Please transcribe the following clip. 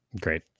Great